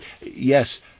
Yes